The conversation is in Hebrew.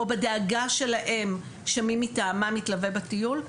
או בדאגה שלהם שמי מטעמם יתלווה בטיול,